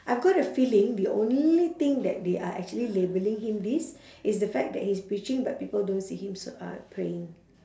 I've got a feeling the only thing that they are actually labelling him this is the fact that he's preaching but people don't see him s~ uh praying